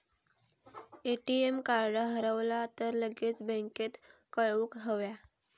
ATM card हरवला तर लगेच बँकेत कळवुक हव्या